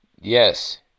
Yes